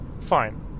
fine